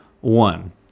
one